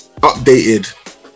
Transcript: updated